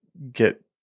get